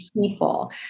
people